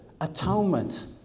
atonement